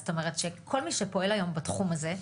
זאת אומרת שכל מי שפועל היום בתחום הזה,